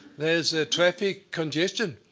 there is traffic congestion.